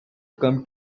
come